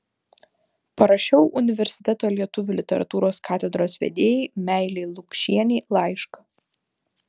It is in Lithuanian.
parašiau universiteto lietuvių literatūros katedros vedėjai meilei lukšienei laišką